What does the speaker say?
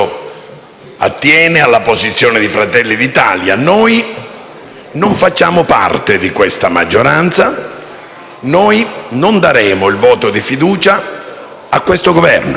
attiene alla posizione di Fratelli d'Italia: noi non facciamo parte di questa maggioranza, noi non daremo il voto di fiducia a questo Governo.